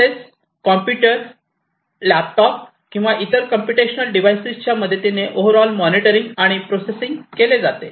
तसेच computer laptop किंवा इतर कॉम्प्युटेशनल डिवाइस च्या मदतीने ओव्हर ऑल मॉनिटरिंग आणि प्रोसेसिंग केले जाते